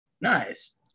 Nice